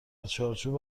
چارچوب